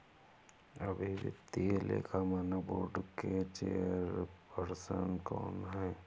अभी वित्तीय लेखा मानक बोर्ड के चेयरपर्सन कौन हैं?